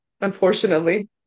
unfortunately